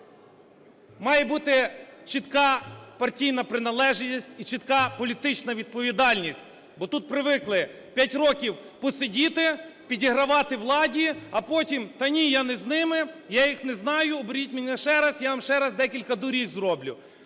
Має бути чітка партійна приналежність і чітка політична відповідальність, бо тут привикли: 5 років посидіти, підігравати владі, а потім "та ні, я не з ними, я їх не знаю, оберіть мене ще раз, я вам ще раз декілька доріг зроблю".